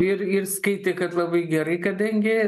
ir ir skaitė kad labai gerai kadangi